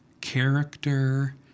character